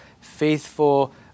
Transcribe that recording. faithful